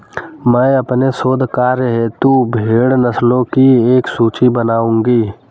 मैं अपने शोध कार्य हेतु भेड़ नस्लों की एक सूची बनाऊंगी